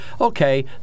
okay